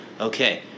okay